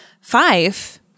five